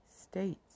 states